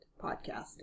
podcasting